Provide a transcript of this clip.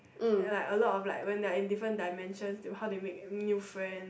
ya a lot of like when their in different dimensions how they make new friend